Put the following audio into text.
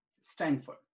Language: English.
Stanford